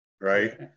Right